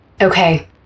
Okay